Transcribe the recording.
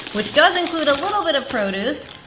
which does include a little bit of produce,